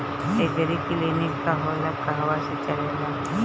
एगरी clinic का होला कहवा से चलेँला?